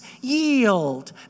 yield